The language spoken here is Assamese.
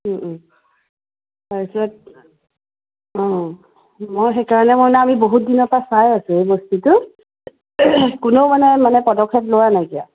তাৰপিছত অঁ মই সেইকাৰণে মানে আমি বহুত দিনৰ পৰা চাই আছোঁ এই বস্তুটো কোনেও মানে মানে পদক্ষেপ লোৱা নাইকিয়া